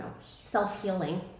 self-healing